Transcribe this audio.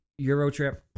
Eurotrip